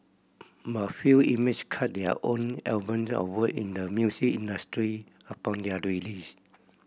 but few inmates cut their own albums or work in the music industry upon their release